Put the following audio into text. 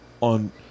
on